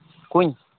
ᱠᱩᱧ